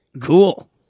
cool